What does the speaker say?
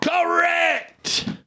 Correct